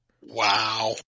Wow